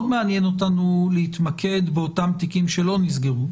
מאוד מעניין אותנו להתמקד באותם תיקים שלא נסגרו.